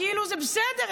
כאילו: זה בסדר,